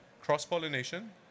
cross-pollination